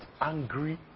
angry